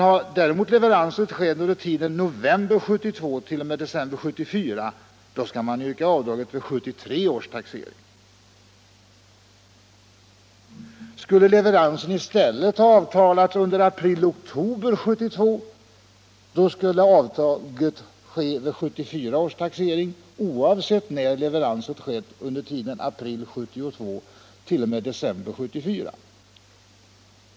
Har däremot leveranserna skett under tiden november 1972-december 1974, skall avdraget yrkas vid 1973 års taxering. Om leveransen i stället avtalats under tiden april-oktober 1972, skall avdraget yrkas vid 1974 års taxering, oavsett när leveransen skett under tiden april 1972-december 1974.